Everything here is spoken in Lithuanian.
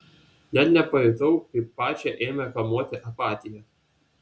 net nepajutau kaip pačią ėmė kamuoti apatija